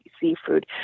seafood